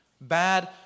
Bad